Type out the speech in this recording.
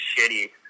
shitty